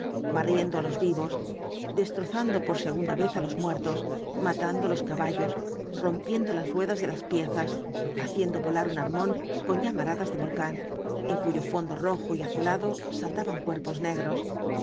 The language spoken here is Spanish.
barriendo á los vivos destrozando por segunda vez á los muertos matando los caballos rompiendo las ruedas de las piezas haciendo volar un armón con llamaradas de volcán en cuyo fondo rojo y azulado saltaban cuerpos negros